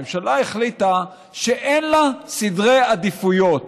הממשלה החליטה שאין לה סדרי עדיפויות.